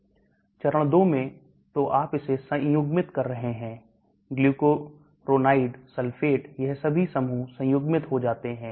चरण 2 में तो आप इसे संयुग्मित कर रहे हैं glucuronide sulfate यह सभी समूह संयुग्मित हो जाते हैं